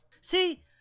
see